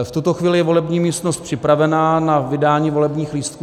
V tuto chvíli je volební místnost připravena na vydání volebních lístků.